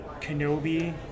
Kenobi